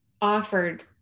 offered